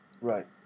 Right